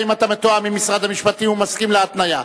האם אתה מתואם עם משרד המשפטים ומסכים להתניה?